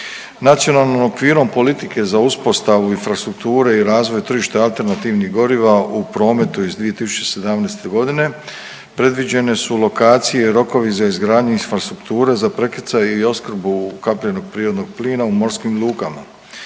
Nacionalnim okvirom politike za uspostavu infrastrukture i razvoj tržišta alternativnih goriva u prometu iz 2017. godine predviđene su lokacije i rokovi za izgradnju infrastrukture za prekrcaj i opskrbu ukapljenog prirodnog plina u morskim lukama.